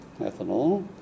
Ethanol